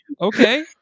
Okay